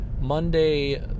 Monday